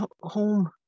home